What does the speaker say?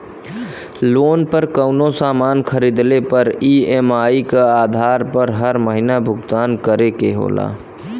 loan पर कउनो सामान खरीदले पर ई.एम.आई क आधार पर हर महीना भुगतान करे के होला